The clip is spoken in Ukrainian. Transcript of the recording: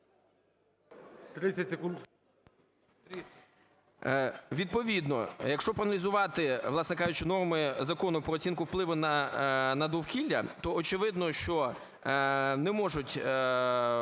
Відповідно, якщо проаналізувати, власне кажучи, норми Закону про оцінку впливу на довкілля, то, очевидно, що не можуть